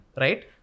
Right